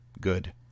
Good